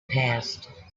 passed